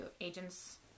Agents